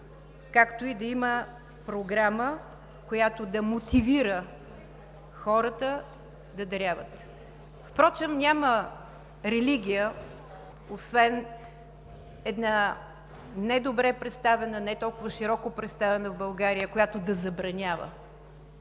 както и да има програма, която да мотивира хората да даряват. Впрочем няма религия, освен една недобре представена, не толкова широко представена в България, която да забранява